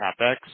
CapEx